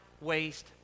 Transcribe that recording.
waste